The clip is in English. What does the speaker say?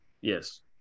Yes